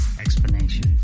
explanation